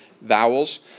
vowels